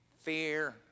fear